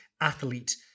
athlete